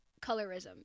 colorism